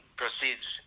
proceeds